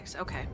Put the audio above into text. Okay